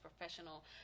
professional